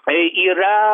ė yra